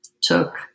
took